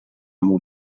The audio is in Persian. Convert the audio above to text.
موند